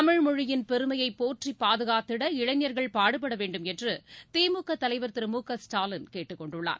தமிழ் மொழியின் பெருமையை போற்றிப் பாதுகாத்திட இளைஞர்கள் பாடுபட வேண்டுமென்று திமுக தலைவர் திரு மு க ஸ்டாலின் கேட்டுக் கொண்டுள்ளார்